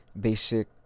basic